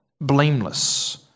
blameless